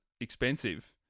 expensive